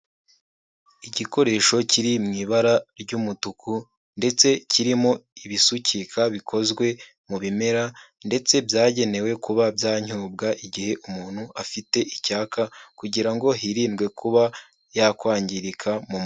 Igikoresho kiri mu ibara ry'umutuku ndetse kirimo ibisukika bikozwe mu bimera ndetse byagenewe kuba byanyobwa igihe umuntu afite icyaka kugira ngo hirindwe kuba yakwangirika mubiri.